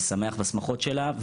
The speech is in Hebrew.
ושמח בשמחות שלה,